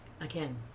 Again